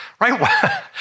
right